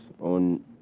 on